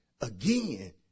again